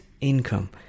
income